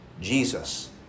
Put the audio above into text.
Jesus